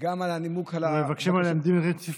על הנימוק, מבקשים עליהם דין רציפות.